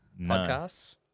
Podcasts